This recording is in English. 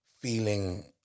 feeling